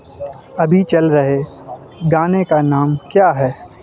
ابھی چل رہے گانے کا نام کیا ہے